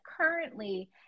currently